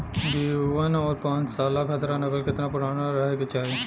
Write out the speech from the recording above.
B one और पांचसाला खसरा नकल केतना पुरान रहे के चाहीं?